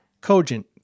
cogent